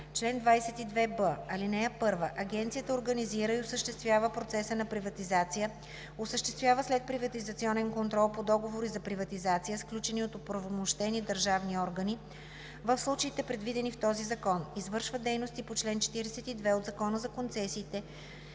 Агенцията организира и осъществява процеса на приватизация, осъществява следприватизационен контрол по договори за приватизация, сключени от оправомощени държавни органи в случаите, предвидени в този закон, извършва дейности по чл. 42 от Закона за концесиите